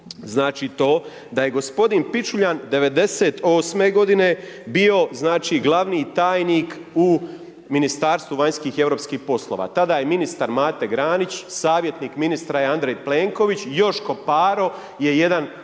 znači to, da je g. Pičuljan '98. g. bio gl. tajnik u Ministarstvu vanjskih i europskih poslova. Tada je ministar Mate Granić, savjetnik ministra je Andrej Plenković, Joško Paro je jedan